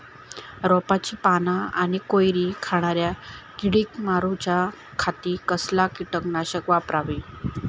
रोपाची पाना आनी कोवरी खाणाऱ्या किडीक मारूच्या खाती कसला किटकनाशक वापरावे?